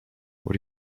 what